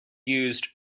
used